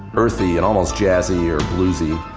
earthy, and almost jazzy or bluesy,